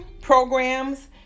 programs